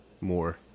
more